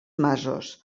masos